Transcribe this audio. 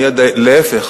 להיפך,